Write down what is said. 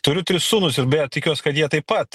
turiu tris sūnus ir beje tikiuos kad jie taip pat